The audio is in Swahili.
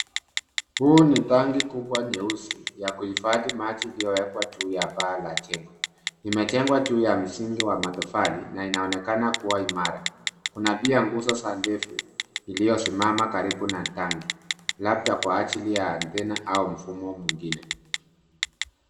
Huu ni tangi kubwa nyeusi la kuhifadhi maji yaliyowekwa juu ya paa la jengo. Limejengwa juu ya msingi wa matofali na linaonekana kuwa imara. Kuna pia nguzo ndefu uliosimama karibu na tangi labda kwa ajili ya antena au mfumo mwingine.